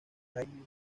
kylie